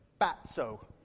fatso